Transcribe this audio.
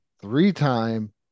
three-time